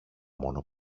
μόνο